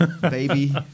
Baby